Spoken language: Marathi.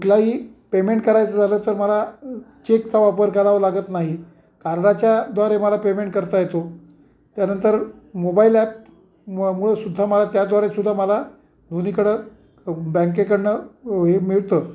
कुठलाही पेमेंट करायचं झालं तर मला चेकचा वापर करावां लागत नाही कार्डाच्याद्वारे मला पेमेंट करता येतो त्यानंतर मोबाईल ॲप मुळंसुद्धा मला त्याद्वारेसुद्धा मला दोन्हीकडं बँकेकडनं हे मिळतं